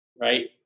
right